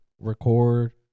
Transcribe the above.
record